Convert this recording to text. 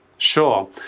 Sure